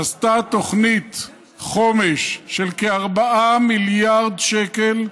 עשתה תוכנית חומש של כ-4 מיליארד שקל,